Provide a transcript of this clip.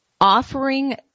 offering